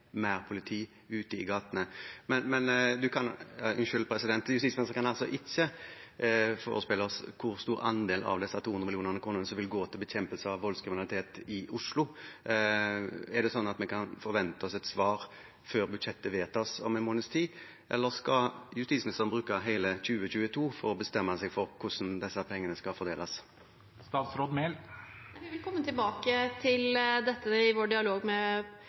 mer politi ute i gatene. Men justisministeren kan altså ikke forespeile oss hvor stor andel av de 200 mill. kronene som vil gå til bekjempelse av voldskriminalitet i Oslo. Kan vi forvente oss et svar før budsjettet vedtas, om én måneds tid, eller skal justisministeren bruke hele 2022 til å bestemme seg for hvordan disse pengene skal fordeles? Vi vil komme tilbake til dette – hvordan pengene skal fordeles – i vår dialog med